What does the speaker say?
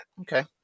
Okay